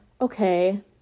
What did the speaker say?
okay